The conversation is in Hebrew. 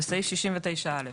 (16)בסעיף 69א,